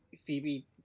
Phoebe